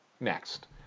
next